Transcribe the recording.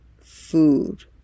food